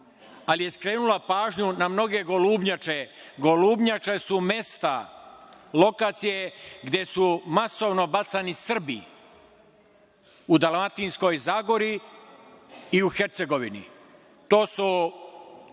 ali je skrenula pažnju na mnoge golubnjače. Golubnjače su mesta, lokacije gde su masovno bacani Srbi u dalmatinskoj Zagori i u Hercegovini. To su